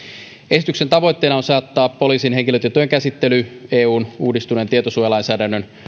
esityksen tavoitteena on saattaa poliisin henkilötietojen käsittely eun uudistuneen tietosuojalainsäädännön